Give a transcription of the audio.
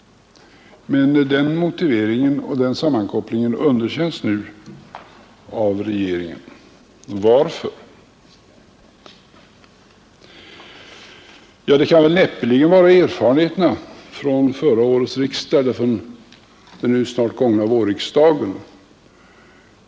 Men den motiveringen och den sammankopplingen underkänns nu av regeringen. Varför? — Ja, det kan näppeligen vara erfarenheterna från förra årets riksdag eller från den nu snart gångna vårriksdagen!